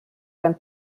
sein